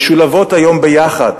משולבים היום יחד.